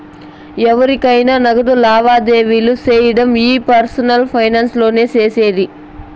ఎవురికైనా నగదు లావాదేవీలు సేయడం ఈ పర్సనల్ ఫైనాన్స్ లోనే సేసేది